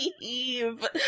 leave